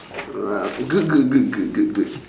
good good good good good good